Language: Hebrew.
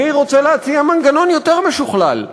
אני רוצה להציע מנגנון יותר משוכלל.